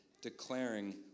declaring